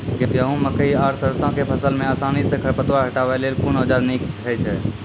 गेहूँ, मकई आर सरसो के फसल मे आसानी सॅ खर पतवार हटावै लेल कून औजार नीक है छै?